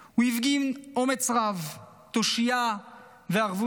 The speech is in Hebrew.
הוא הפגין אומץ רב, תושייה וערבות הדדית.